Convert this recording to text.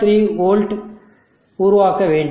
3 volt உருவாக்க வேண்டும்